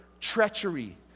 treachery